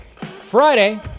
friday